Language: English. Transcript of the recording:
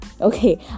Okay